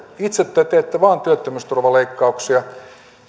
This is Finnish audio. itse te teette vain työttömyysturvaleikkauksia